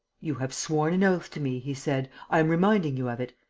you have sworn an oath to me, he said. i'm reminding you of it.